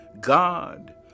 God